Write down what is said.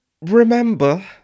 remember